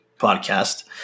podcast